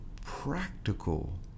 practical